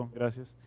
gracias